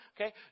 Okay